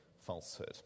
falsehood